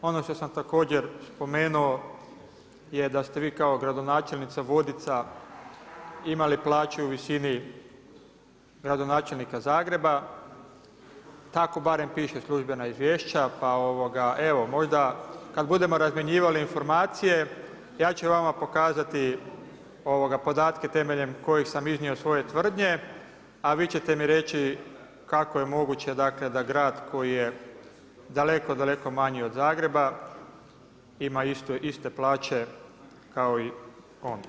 Ono što sam također spomenuo je da ste vi kao gradonačelnica Vodica imali plaću u visini gradonačelnika Zagreba, tako barem pišu službena izvješća pa evo možda kada budemo razmjenjivali informacije ja ću vama pokazati podatke temeljem kojih sam iznio svoje tvrdnje, a vi ćete mi reći kako je moguće da grad koji je daleko, daleko manji od Zagreba ima iste plaće kao i on.